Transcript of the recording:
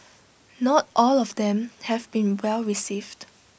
not all of them have been well received